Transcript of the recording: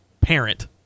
parent